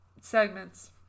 segments